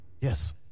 Yes